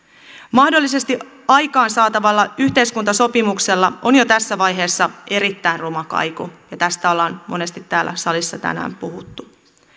mahdollisesti aikaansaatavalla yhteiskuntasopimuksella on jo tässä vaiheessa erittäin ruma kaiku tästä ollaan monesti täällä salissa tänään puhuttu